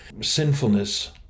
sinfulness